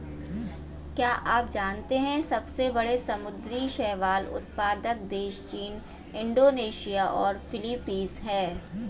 क्या आप जानते है सबसे बड़े समुद्री शैवाल उत्पादक देश चीन, इंडोनेशिया और फिलीपींस हैं?